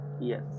Yes